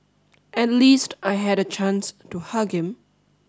at least I had a chance to hug him